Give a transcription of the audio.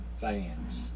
fans